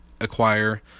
acquire